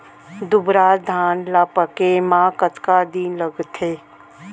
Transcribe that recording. दुबराज धान ला पके मा कतका दिन लगथे?